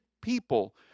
people